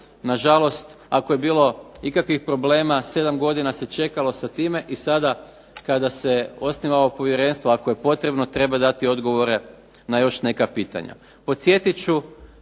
na žalost, ako je bilo ikakvih problema 7 godina se čekalo sa time, i sada kada se osniva ovo povjerenstvo kada je potrebno treba dati odgovore na još neka pitanja.